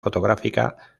fotográfica